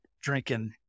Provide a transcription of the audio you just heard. drinking